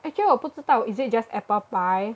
actually 我不知道 is it just apple pie